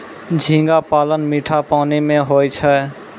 झींगा पालन मीठा पानी मे होय छै